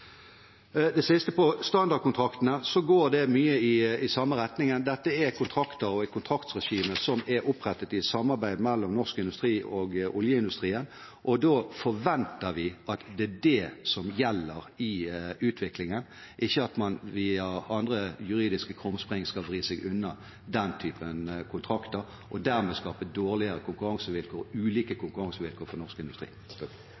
Det siste gjelder standardkontraktene: Det går mye i samme retning. Dette er kontrakter og et kontraktregime som er opprettet i samarbeid mellom norsk industri og oljeindustrien, og da forventer vi at det er det som gjelder i utviklingen – ikke at man via juridiske krumspring skal vri seg unna den typen kontrakter og dermed skape dårligere og ulike konkurransevilkår for norsk industri.